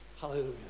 Hallelujah